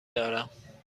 دارم